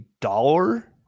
dollar